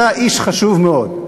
אתה איש חשוב מאוד.